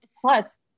Plus